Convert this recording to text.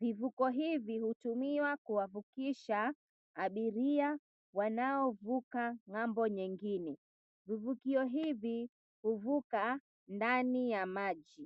Vivuko hivi hutumiwa kuwavukisha abiria wanaovuka ng'ambo nyengine. Vivukio hivi huvuka ndani ya maji.